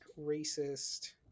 racist